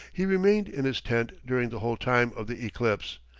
he remained in his tent during the whole time of the eclipse,